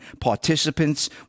participants